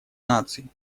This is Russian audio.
наций